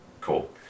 Cool